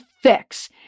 fix